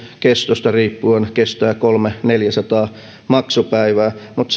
kestosta riippuen kestää kolmesataa viiva neljäsataa maksupäivää mutta